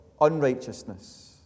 unrighteousness